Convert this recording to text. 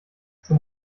zum